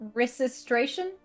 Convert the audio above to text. registration